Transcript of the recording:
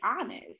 honest